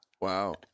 Wow